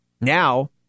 Now